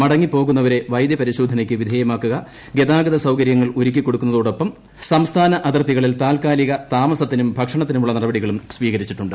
മടങ്ങി പോകുന്നവരെ വൈദ്യ പരിശോധനയ്ക്ക് വിധേയമാക്കുക ഗതാഗത സൌകരൃങ്ങൾ ഒരുക്കി കൊടുക്കുന്നതോടൊപ്പം സംസ്ഥാന അതിർത്തികളിൽ താൽക്കാലിക താമസത്തിനും ഭക്ഷണത്തിനുമുള്ള നടപടികളും സ്വീകരിച്ചിട്ടുണ്ട്